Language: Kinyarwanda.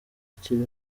akiri